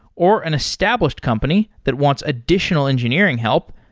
or an established company that wants additional engineering help,